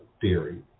theory